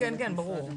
אנחנו